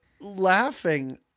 laughing